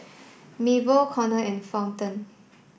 Mabel Connor and Fulton